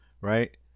right